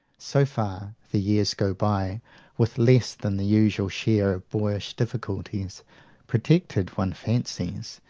so far, the years go by with less than the usual share of boyish difficulties protected, one fancies,